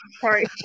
Sorry